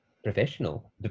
professional